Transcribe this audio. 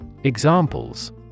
Examples